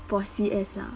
for C_S lah